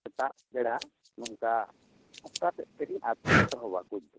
ᱥᱮᱛᱟᱜ ᱵᱮᱲᱟ ᱱᱝᱠᱟ ᱥᱟᱛᱴᱟ ᱥᱮᱱ ᱛᱮᱜᱮ ᱮᱛᱚᱦᱚᱵᱚᱜᱼᱟ ᱠᱳᱪ ᱫᱚ